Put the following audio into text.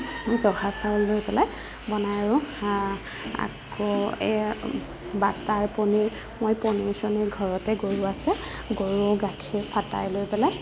জহা চাউল লৈ পেলাই বনাই আৰু হা আকৌ এই বাটাৰ পনীৰ মই পনীৰ চনীৰ ঘৰতে গৰু আছে গৰুৰ গাখীৰ চাটাই লৈ পেলাই